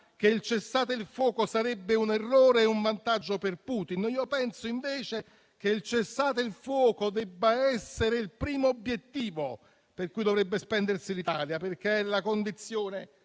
che il cessate il fuoco sarebbe un errore e un vantaggio per Putin. Penso invece che il cessate il fuoco debba essere il primo obiettivo per cui dovrebbe spendersi l'Italia, perché è evidentemente